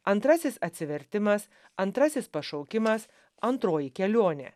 antrasis atsivertimas antrasis pašaukimas antroji kelionė